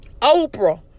Oprah